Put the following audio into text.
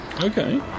okay